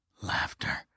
laughter